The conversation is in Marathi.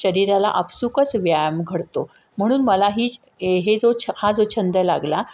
शरीराला आपसुकच व्यायाम घडतो म्हणून मला हीच ए हे जो छ हा जो छंद लागला